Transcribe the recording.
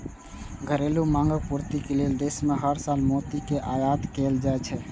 घरेलू मांगक पूर्ति लेल देश मे हर साल मोती के आयात कैल जाइ छै